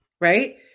Right